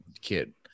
kid